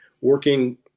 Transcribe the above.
working